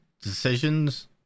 decisions